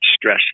stress